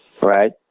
right